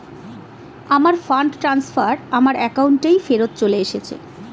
আমার fund transfer আমার অ্যাকাউন্টেই ফেরত চলে এসেছে